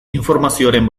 informazioaren